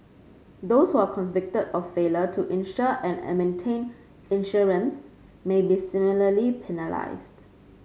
those who are convicted of failure to insure and maintain insurance may be similarly penalised